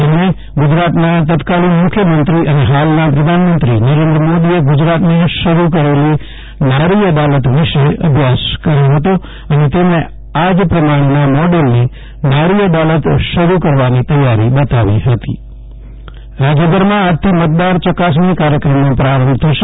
તેમણે ગુજરાતના તત્કાલિન મુખ્યમંત્રી અને હાલના પ્રધાનમંત્રી નરેન્દ્ર મોદીએ ગુજરાતમાં શરૂ કરેલ નારી અદાલત વિશે અભ્યાસ કર્યો હતો અને તેમણે આજ પ્રમાણેના મોડલની નારી અદાલત શરૂ કરવાની તૈયારી બતાવી હતી જયદિપ વૈષ્ણવ મતદાર ચકાસણી રાજ્યભરમાં આજથી મતદાર યકાસણી કાર્યક્રમનો પ્રારંભ થશે